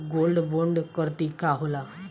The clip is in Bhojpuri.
गोल्ड बोंड करतिं का होला?